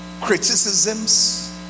criticisms